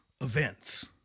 events